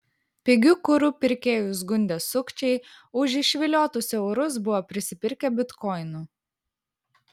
pigiu kuru pirkėjus gundę sukčiai už išviliotus eurus buvo prisipirkę bitkoinų